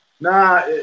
Nah